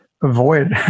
avoid